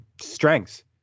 strengths